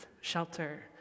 shelter